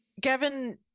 Gavin